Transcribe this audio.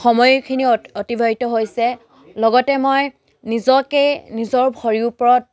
সময়খিনি অ অতিবাহিত হৈছে লগতে মই নিজকে নিজৰ ভৰিৰ ওপৰত